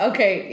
Okay